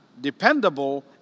dependable